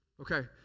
Okay